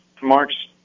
marks